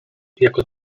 jako